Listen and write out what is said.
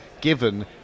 given